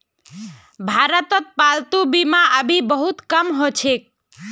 भारतत पालतू बीमा अभी बहुत कम ह छेक